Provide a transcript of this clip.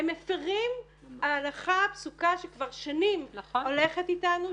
הם מפרים הלכה פסוקה שכבר שנים הולכת איתנו,